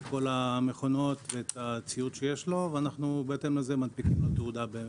את כל המכונות ואת הציוד שיש לו ובהתאם לזה מנפיקים לו תעודה.